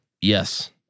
Yes